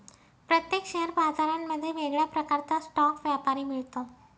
प्रत्येक शेअर बाजारांमध्ये वेगळ्या प्रकारचा स्टॉक व्यापारी मिळतो